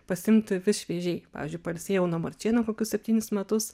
pasiimti vis šviežiai pavyzdžiui pailsėjau nuo marčėno kokius septynis metus